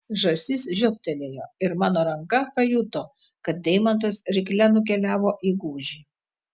žąsis žioptelėjo ir mano ranka pajuto kad deimantas rykle nukeliavo į gūžį